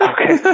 Okay